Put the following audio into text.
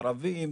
ערבים,